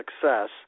success